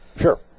Sure